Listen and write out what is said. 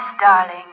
darling